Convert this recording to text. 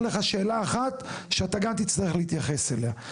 לך שאלה אחת שאתה גם תצטרך להתייחס אליה.